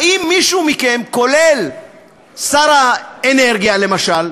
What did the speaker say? האם מישהו מכם, כולל שר האנרגיה, למשל,